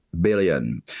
billion